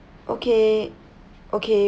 okay okay